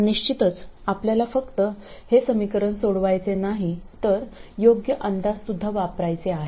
निश्चितच आपल्याला फक्त हे समीकरण सोडवायचे नाही तर योग्य अंदाज सुद्धा वापरायचे आहेत